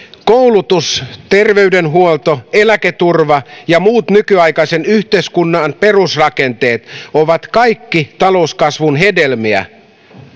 koulutus terveydenhuolto eläketurva ja muut nykyaikaisen yhteiskunnan perusrakenteet ovat kaikki talouskasvun hedelmiä